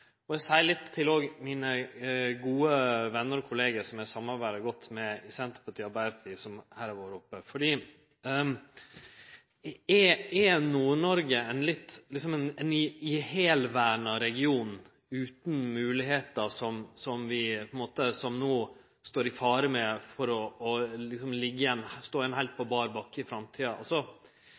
på. Eg seier det også til mine gode venner og kollegaer i Senterpartiet og Arbeidarpartiet, som eg samarbeider godt med, og som har vore oppe her: Er Nord-Noreg ein region som er verna ihel utan moglegheiter, og som no står i fare for å stå på heilt bar bakke i framtida?